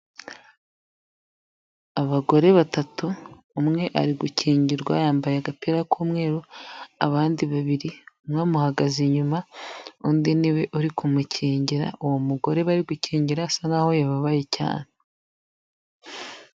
Abagore batatu, umwe ari gukingirwa yambaye agapira k'umweru, abandi babiri, umwe amuhagaze inyuma undi ni we uri kumukingira, uwo mugore bari gukingira asa naho yababaye cyane.